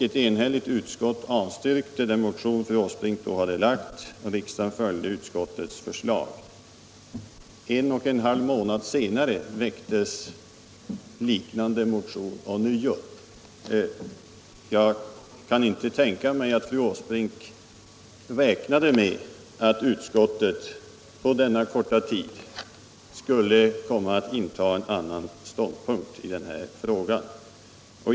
Ett enhälligt utskott avstyrkte den motion som fru Åsbrink då hade väckt, och riksdagen följde utskottets förslag. En och en halv månad senare väcktes ånyo en liknande motion. Jag kan inte tänka mig att fru Åsbrink räknade med att utskottet på denna korta tid skulle komma att inta en annan ståndpunkt i denna fråga.